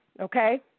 okay